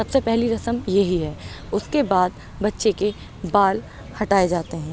سب سے پہلی رسم یہی ہے اس کے بعد بچے کے بال ہٹائے جاتے ہیں